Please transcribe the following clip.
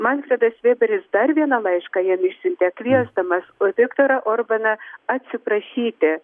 manfredas vėberis dar vieną laišką jam išsiuntė kviesdamas viktorą orbaną atsiprašyti